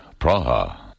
Praha